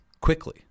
Quickly